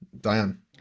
Diane